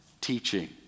teaching